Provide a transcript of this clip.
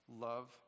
love